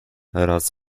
raz